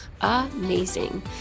amazing